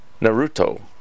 Naruto